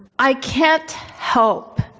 i can't help